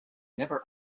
never